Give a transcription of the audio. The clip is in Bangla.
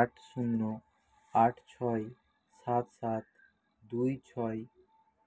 আট শূন্য আট ছয় সাত সাত দুই ছয়